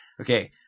Okay